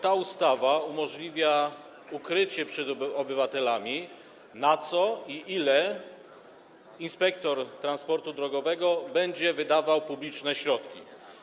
Ta ustawa umożliwia ukrycie przed obywatelami, na co - i ile - inspektor transportu drogowego będzie wydawał publiczne środki.